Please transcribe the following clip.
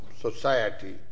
society